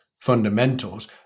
fundamentals